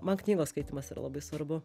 man knygos skaitymas yra labai svarbu